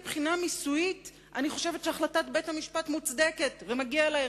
מבחינה מיסויית אני חושבת שהחלטת בית-המשפט מוצדקת ומגיע לה החזר,